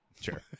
Sure